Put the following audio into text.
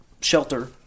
shelter